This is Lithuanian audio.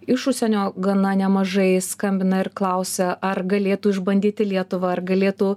iš užsienio gana nemažai skambina ir klausia ar galėtų išbandyti lietuvą galėtų